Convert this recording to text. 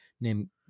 name